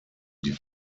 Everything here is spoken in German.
die